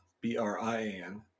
B-R-I-A-N